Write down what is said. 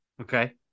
Okay